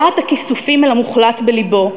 להט הכיסופים אל המוחלט בלבו,